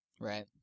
Right